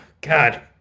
God